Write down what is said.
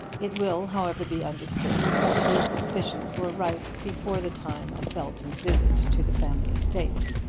it will, however, be understood that these suspicions were rife before the time of belton's visit to the family estate.